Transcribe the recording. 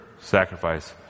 sacrifice